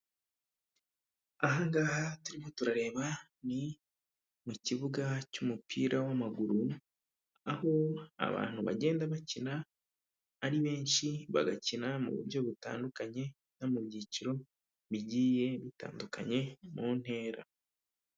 Ahangaha turimo turareba ni mu kibuga cy'umupira w'amaguru, aho abantu bagenda bakina ari benshi bagakina mu buryo butandukanye no mu byiciro bigiye bitandukanye mu ntera.